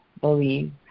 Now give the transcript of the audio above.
believe